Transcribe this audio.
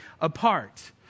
apart